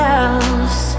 else